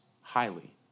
highly